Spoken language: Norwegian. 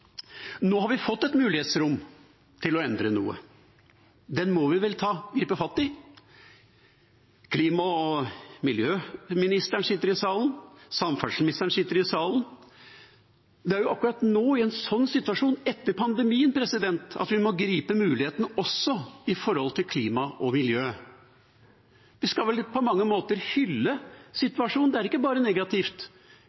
Nå har vi fått et mulighetsrom til å endre noe. Det må vi vel gripe fatt i – klima- og miljøministeren sitter i salen, samferdselsministeren sitter i salen. Det er jo akkurat nå, i en slik situasjon, etter pandemien, at vi må gripe muligheten også for klima og miljø. Vi skal på mange måter hylle